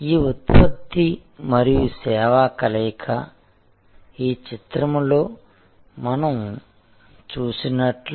ఈ ఉత్పత్తి మరియు సేవా కలయిక ఈ చిత్రంలో మనం చూసినట్లు